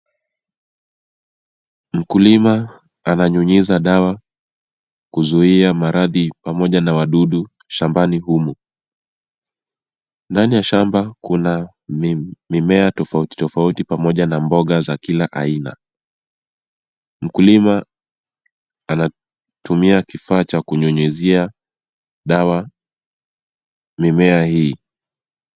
Mkulima ananyunyiza dawa kuzuia maradhi pamoja na wadudu shambani humu, ndani ya shamba kuna mimea tofauti tofauti pamoja na mboga za kula aina. Mkulima anatumia kifaa cha kunyunyuzia dawa mimea hii.